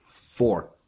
Four